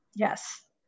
Yes